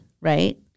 right